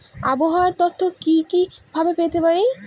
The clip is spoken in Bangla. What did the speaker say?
আবহাওয়ার তথ্য কি কি ভাবে পেতে পারি?